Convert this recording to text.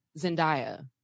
zendaya